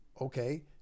okay